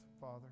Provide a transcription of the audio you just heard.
Father